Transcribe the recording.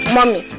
Mommy